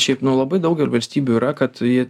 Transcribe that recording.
šiaip nu labai daug ir valstybių yra kad ji